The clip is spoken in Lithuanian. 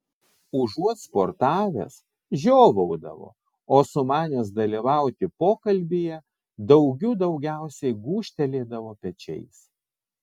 užuot sportavęs žiovaudavo o sumanęs dalyvauti pokalbyje daugių daugiausiai gūžtelėdavo pečiais